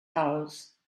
house